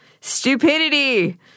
stupidity